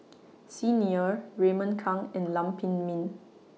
Xi Ni Er Raymond Kang and Lam Pin Min